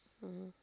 mmhmm